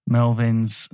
Melvin's